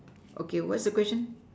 okay what's the question